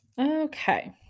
Okay